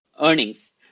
earnings